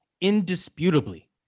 indisputably